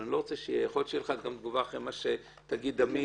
אבל יכול להיות שתהיה לך תגובה אחרי מה שתגיד עמית.